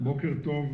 בוקר טוב,